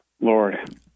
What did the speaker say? Lord